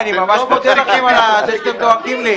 אני ממש מודה לכם שאתם דואגים לי.